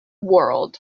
world